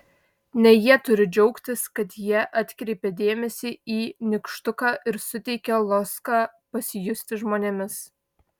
ne jie turi džiaugtis kad jie atkreipia dėmesį į nykštuką ir suteikia loską pasijusti žmonėmis